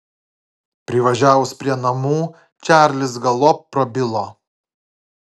privažiavus prie namų čarlis galop prabilo